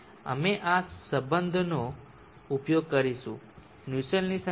અમે આ સંબંધનો ઉપયોગ કરીશું નુસ્સેલ્ટની સંખ્યા 0